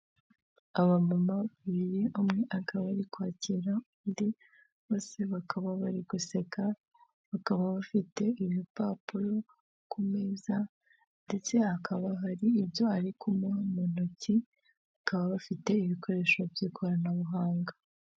Abamama babiri umwe akaba ari kwakira undi bose bakaba bari guseka bakaba bafite ibipapuro ku meza ndetse hakaba hari ibyo ari kumuha mu ntoki bakaba bafite ibikoresho by'ikoranabuhanga.